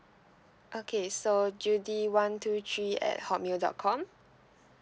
okay so J U D Y one two three at hotmail dot com